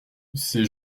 ces